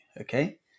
okay